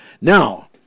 Now